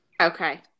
okay